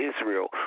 Israel